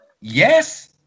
Yes